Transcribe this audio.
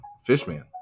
Fishman